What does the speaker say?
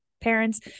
parents